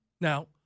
Now